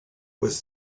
was